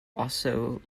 also